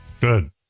Good